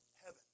Heaven